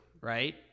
right